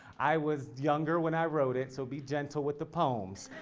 i was younger when i wrote it, so be gentle with the poems.